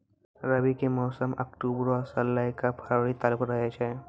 रबी के मौसम अक्टूबरो से लै के फरवरी तालुक रहै छै